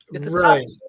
Right